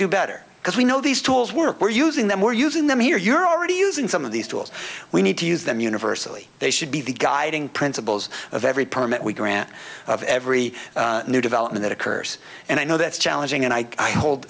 do better because we know these tools work we're using them we're using the here you're already using some of these tools we need to use them universally they should be the guiding principles of every permit we grant of every new development occurs and i know that's challenging and i hold